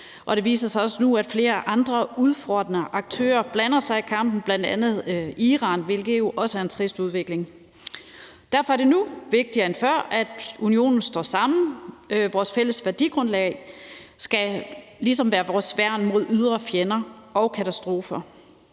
det viser sig også nu, at flere andre udfordrende aktører blander sig i kampen, bl.a. Iran, hvilket jo også er en trist udvikling. Derfor er det nu vigtigere end før, at unionen står sammen; vores fælles værdigrundlag skal ligesom være vores værn mod ydre fjender og katastrofer.